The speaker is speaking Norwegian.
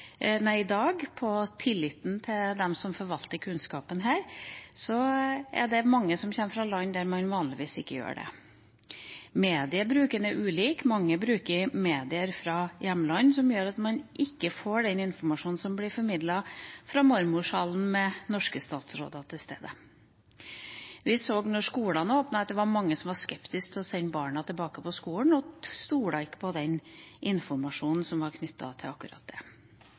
forvalter kunnskapen – gjelder mange som kommer fra land der man vanligvis ikke gjør det. Mediebruken er ulik. Mange bruker medier fra hjemlandet, som gjør at man ikke får den informasjonen som blir formidlet fra marmorsalen med norske statsråder til stede. Vi så da skolene åpnet, at mange var skeptiske til å sende barna tilbake på skolen og ikke stolte på den informasjonen som var knyttet til akkurat det.